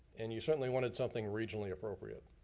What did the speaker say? and you certainly wanted something regionally appropriate.